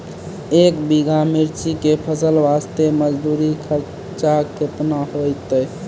एक बीघा मिर्ची के फसल वास्ते मजदूरी खर्चा केतना होइते?